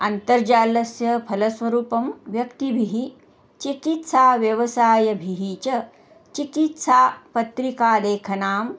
अन्तर्जालस्य फलस्वरूपं व्यक्तिभिः चिकित्सा व्यवसायभिः च चिकित्सापत्रिकालेखनाम्